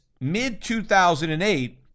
mid-2008